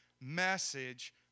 message